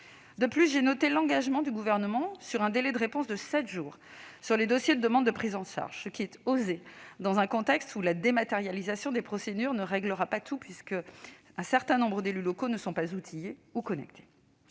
De plus, j'ai noté l'engagement du Gouvernement sur un délai de réponse de sept jours à propos des dossiers de demande de prise en charge, ce qui est osé dans un contexte où la dématérialisation des procédures ne réglera pas tout, puisqu'un certain nombre d'élus locaux ne sont pas outillés ou connectés.